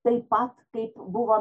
taip pat kaip buvom